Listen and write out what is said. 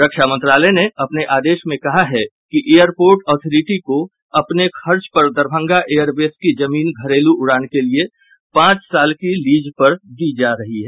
रक्षा मंत्रालय ने अपने आदेश में कहा है कि एयरपोर्ट अथॉरिटी को अपने खर्च पर दरभंगा एयरबेस की जमीन घरेलू उड़ान के लिये पांच साल की लीज पर दी जा रही है